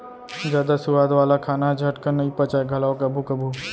जादा सुवाद वाला खाना ह झटकन नइ पचय घलौ कभू कभू